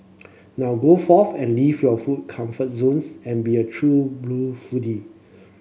now go forth and leave your food comfort zones and be a true blue foodie